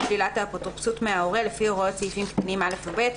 שלילת האפוטרופסות מההורה לפי הוראות סעיפים קטנים (א) או (ב),